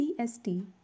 CST